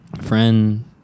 friend